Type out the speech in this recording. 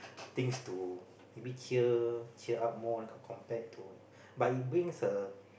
things to maybe cheer cheer up more compared to but it brings a